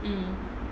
mm